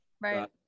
Right